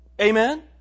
Amen